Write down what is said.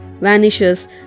vanishes